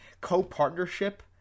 co-partnership